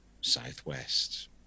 Southwest